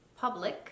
public